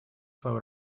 свою